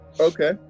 Okay